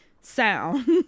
sound